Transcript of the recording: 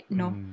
no